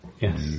Yes